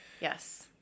Yes